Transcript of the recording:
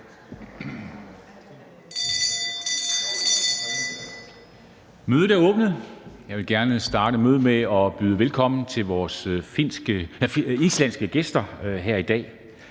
Mødet er åbnet. Jeg vil gerne starte mødet med at byde velkommen til vores islandske gæster her i dag.